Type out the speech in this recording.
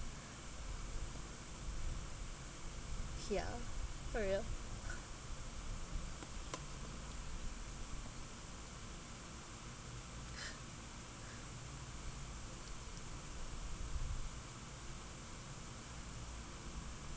here for real